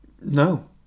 No